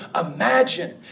imagine